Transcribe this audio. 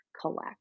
collect